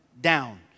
down